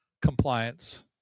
compliance